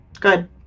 Good